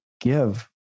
give